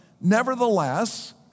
Nevertheless